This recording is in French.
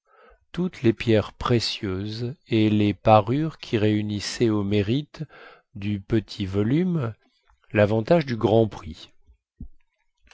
toutes les pierres précieuses et les parures qui réunissaient au mérite du petit volume lavantage du grand prix